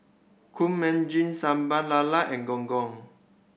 Kueh Manggis Sambal Lala and Gong Gong